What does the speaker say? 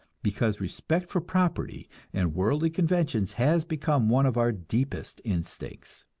because respect for property and worldly conventions has become one of our deepest instincts